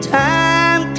time